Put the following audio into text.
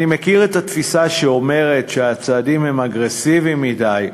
אני מכיר את התפיסה שאומרת שהצעדים הם אגרסיביים מדי,